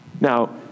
Now